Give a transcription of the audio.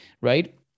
right